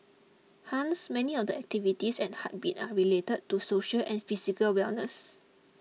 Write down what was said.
hence many of the activities at Heartbeat are related to social and physical wellness